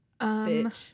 bitch